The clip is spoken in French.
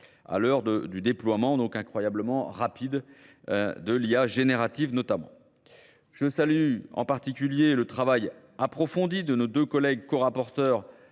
à l'heure du déploiement donc incroyablement rapide de l'IA générative notamment. Je salue en particulier le travail approfondi de nos deux collègues co-rapporteurs,